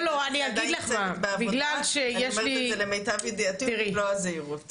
אני אומרת את זה למיטב ידיעתי במלוא הזהירות.